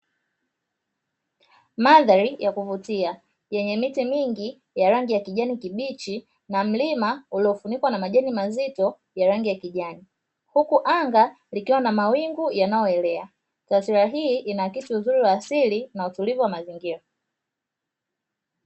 Mandhari ya kuvutia yenye miti mingi ya rangi ya kijani kibichi na mlima uliofunikwa na majani mazito ya rangi ya kijani huku anga likiwa na mawingu yanayolea. Taswira hii inaakisi uzuri wa asili na utulivu wa mazingira.